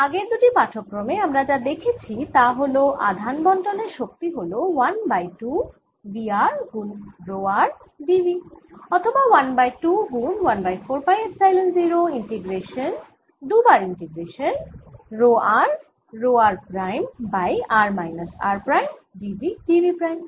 আগের দুটি পাঠক্রমে আমরা যা দেখেছি তা হল আধান বণ্টনের শক্তি হল 1 বাই 2 v r গুন রো r d v অথবা 1 বাই 2 গুন 1 বাই 4 পাই এপসাইলন 0 ইন্টিগ্রেশান দুবার integration rho r rho r prime by r minus r prime d v d v prime